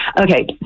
Okay